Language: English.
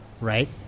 right